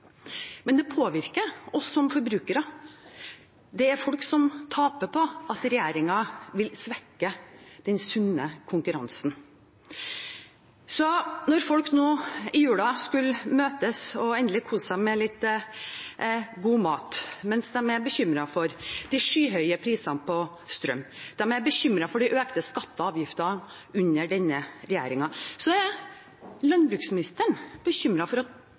men det påvirker oss som forbrukere. Det er folk som taper på at regjeringen vil svekke den sunne konkurransen. Da folk nå i julen skulle møtes og endelig kose seg med litt god mat mens de er bekymret for de skyhøye prisene på strøm, bekymret for økte skatter og avgifter under denne regjeringen, var landbruksministeren bekymret for at